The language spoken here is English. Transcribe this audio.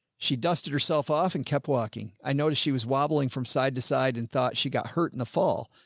she dusted herself off and kept walking. i noticed she was wobbling from side to side and thought she got hurt in the fall.